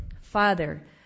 Father